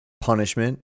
punishment